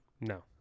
no